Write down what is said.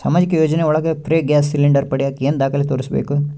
ಸಾಮಾಜಿಕ ಯೋಜನೆ ಒಳಗ ಫ್ರೇ ಗ್ಯಾಸ್ ಸಿಲಿಂಡರ್ ಪಡಿಯಾಕ ಏನು ದಾಖಲೆ ತೋರಿಸ್ಬೇಕು?